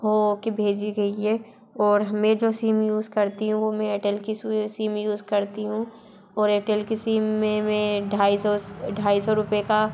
हो हो के भेजी गई है और मैं जो सिम यूज़ करती हूँ वो मैं एयरटेल की सिम यूज़ करती हूँ और एयरटेल की सिम में मैं ढाई सौ ढाई सौ रुपये का